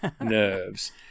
nerves